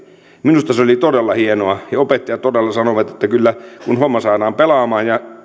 minusta se oli todella hienoa ja opettajat todella sanoivat että kyllä kun homma saadaan pelaamaan ja